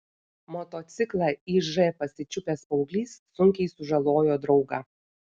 motociklą iž pasičiupęs paauglys sunkiai sužalojo draugą